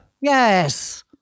Yes